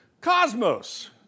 cosmos